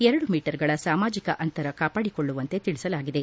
ಎರಡು ಮೀಟರ್ಗಳ ಸಾಮಾಜಿಕ ಅಂತರ ಕಾಪಾಡಿಕೊಳ್ಳುವಂತೆ ತಿಳಿಸಲಾಗಿದೆ